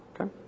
Okay